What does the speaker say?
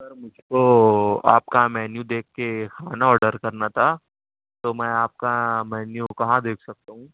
سر مجھ کو آپ کا مینیو دیکھ کے کھانا آڈر کرنا تھا تو میں آپ کا مینیو کہاں دیکھ سکتا ہوں